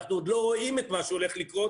אנחנו עוד לא רואים את מה שהולך לקרות